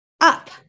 up